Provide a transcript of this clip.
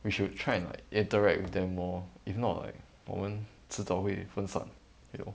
we should try and like interact with them more if not like 我们迟早会分散 you know